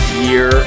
year